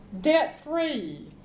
debt-free